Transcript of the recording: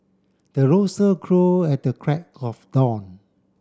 the rooster crow at the crack of dawn